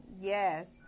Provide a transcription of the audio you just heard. Yes